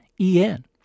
E-N